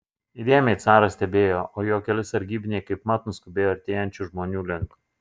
įdėmiai caras stebėjo o jo keli sargybiniai kaipmat nuskubėjo artėjančių žmonių link